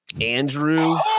Andrew